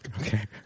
Okay